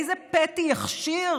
איזה פתי יכשיר